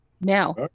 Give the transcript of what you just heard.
Now